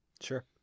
Sure